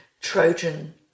Trojan